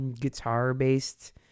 guitar-based